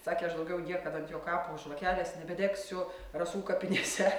sakė aš daugiau niekad ant jo kapo žvakelės nebedegsiu rasų kapinėse